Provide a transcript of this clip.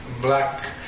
black